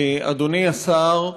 אדוני השר,